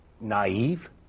naive